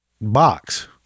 box